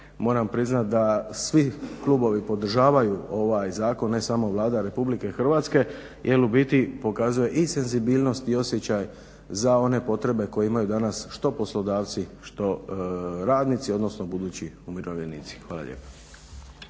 moram priznat da svi klubovi podržavaju ovaj zakon, ne samo Vlada Republike Hrvatske jer u biti pokazuje i senzibilnost i osjećaj za one potrebe koje imaju danas što poslodavci, što radnici, odnosno budući umirovljenici. Hvala lijepo.